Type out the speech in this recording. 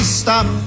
stop